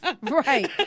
right